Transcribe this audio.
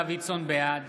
דוידסון, בעד